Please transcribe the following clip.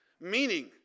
Meaning